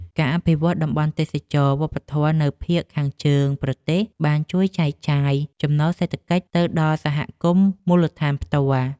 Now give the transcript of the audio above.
ការអភិវឌ្ឍតំបន់ទេសចរណ៍វប្បធម៌នៅភាគខាងជើងប្រទេសបានជួយចែកចាយចំណូលសេដ្ឋកិច្ចទៅដល់សហគមន៍មូលដ្ឋានផ្ទាល់។